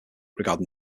regarding